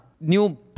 new